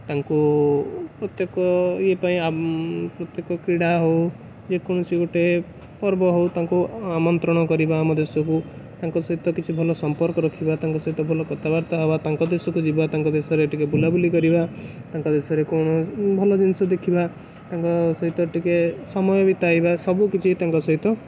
ତାଙ୍କୁ ପ୍ରତ୍ୟେକ ଇଏ ପାଇଁ ପ୍ରତ୍ୟେକ କ୍ରୀଡ଼ା ହଉ ଯେକୌଣସି ଗୋଟେ ପର୍ବ ହଉ ତାଙ୍କୁ ଆମନ୍ତ୍ରଣ କରିବା ଆମ ଦେଶକୁ ତାଙ୍କ ସହିତ କିଛି ଭଲ ସମ୍ପର୍କ ରଖିବା ତାଙ୍କ ସହିତ ଭଲ କଥାବାର୍ତ୍ତା ହେବା ତାଙ୍କ ଦେଶକୁ ଯିବା ତାଙ୍କ ଦେଶରେ ଟିକିଏ ବୁଲାବୁଲି କରିବା ତାଙ୍କ ଦେଶରେ କ'ଣ ଭଲ ଜିନିଷ ଦେଖିବା ତାଙ୍କ ସହିତ ଟିକିଏ ସମୟ ବିତାଇବା ସବୁକିଛି ତାଙ୍କ ସହିତ